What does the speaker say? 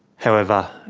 however,